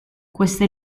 queste